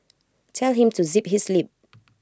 tell him to zip his lip